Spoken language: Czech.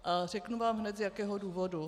A řeknu vám hned, z jakého důvodu.